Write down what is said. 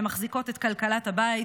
שמחזיקות את כלכלת הבית